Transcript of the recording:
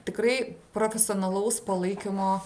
tikrai profesionalaus palaikymo